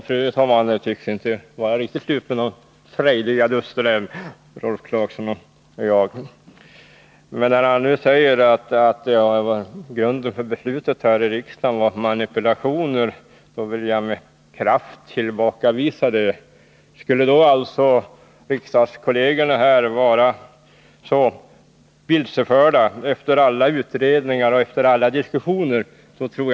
Fru talman! Det tycks ännu inte vara riktigt slut med de frejdiga dusterna mellan Rolf Clarkson och mig! Rolf Clarksons påstående att grunden för beslutet här i riksdagen var manipulationer vill jag med kraft tillbakavisa. Skulle riksdagskollegerna efter alla utredningar och alla diskussioner vara så vilseförda?